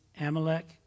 Amalek